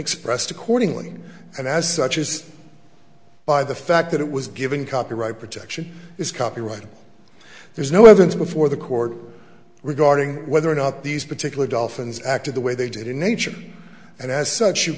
expressed accordingly and as such is by the fact that it was given copyright protection is copyright there's no evidence before the court regarding whether or not these particular dolphins acted the way they did in nature and as such you